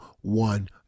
one